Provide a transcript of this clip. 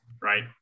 Right